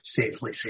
safely